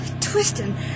twisting